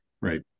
Right